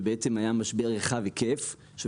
שבה היה משבר רחב היקף.